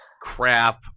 crap